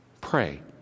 Pray